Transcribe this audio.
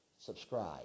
subscribe